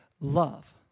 love